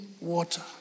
water